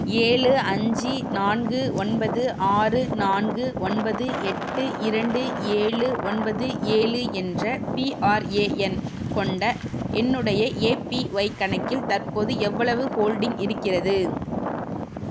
ஏழு அஞ்சு நான்கு ஒன்பது ஆறு நான்கு ஒன்பது எட்டு இரண்டு ஏழு ஒன்பது ஏழு என்ற பிஆர்ஏஎன் கொண்ட என்னுடைய எபிஒய் கணக்கில் தற்போது எவ்வளவு ஹோல்டிங் இருக்கிறது